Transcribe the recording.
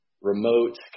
remote